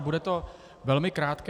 Bude to velmi krátké.